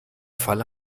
fall